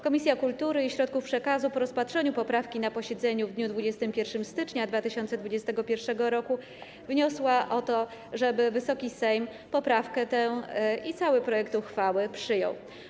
Komisja Kultury i Środków Przekazu po rozpatrzeniu poprawki na posiedzeniu w dniu 21 stycznia 2021 r. wniosła o to, żeby Wysoki Sejm poprawkę tę i cały projekt uchwały przyjął.